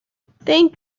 thank